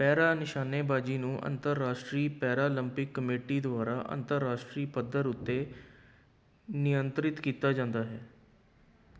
ਪੈਰਾ ਨਿਸ਼ਾਨੇਬਾਜ਼ੀ ਨੂੰ ਅੰਤਰਰਾਸ਼ਟਰੀ ਪੈਰਾਲੰਪਿਕ ਕਮੇਟੀ ਦੁਆਰਾ ਅੰਤਰਰਾਸ਼ਟਰੀ ਪੱਧਰ ਉੱਤੇ ਨਿਯੰਤਰਿਤ ਕੀਤਾ ਜਾਂਦਾ ਹੈ